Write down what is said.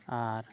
ᱟᱨ